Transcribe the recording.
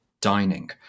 dining